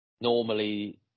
normally